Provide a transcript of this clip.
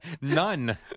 None